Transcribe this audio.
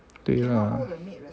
对呀